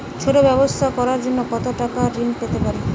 ছোট ব্যাবসা করার জন্য কতো টাকা ঋন পেতে পারি?